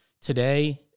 Today